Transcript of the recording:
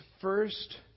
first